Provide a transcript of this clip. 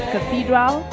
Cathedral